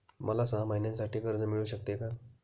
मला सहा महिन्यांसाठी कर्ज मिळू शकते का?